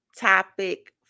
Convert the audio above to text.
topic